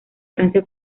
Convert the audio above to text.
francia